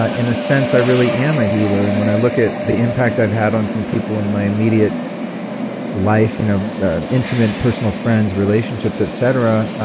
ah in a sense, i really am a healer, and when i look at the impact i've had on some people in my immediate life, you know intimate and personal friends, relationships, etc,